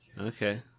Okay